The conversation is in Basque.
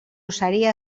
saria